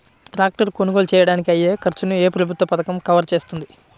Tractor కొనుగోలు చేయడానికి అయ్యే ఖర్చును ఏ ప్రభుత్వ పథకం కవర్ చేస్తుంది?